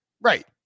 Right